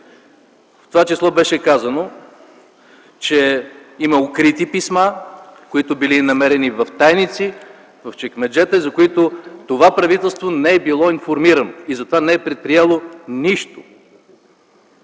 В това число беше казано, че има укрити писма, които били намерени в тайници, в чекмеджета, за които това правителство не е било информирано, и затова не е предприело нищо.